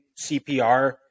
CPR